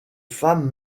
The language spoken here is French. femme